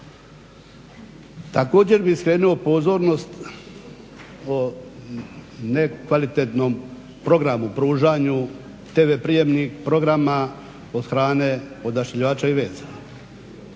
Također bih skrenuo pozornost o nekvalitetnom programu, pružanju tv prijemnih programa od strane odašiljača i veza.